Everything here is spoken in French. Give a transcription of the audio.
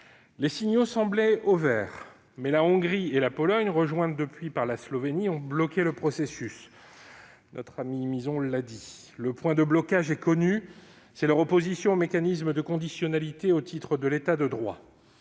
Les signaux semblaient donc au vert. Mais la Hongrie et la Pologne, rejointes par la Slovénie, ont bloqué le processus, comme M. Mizzon l'a expliqué. Le point de blocage est connu : c'est leur opposition au mécanisme de conditionnalité au titre de l'État de droit.